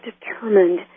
determined